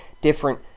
different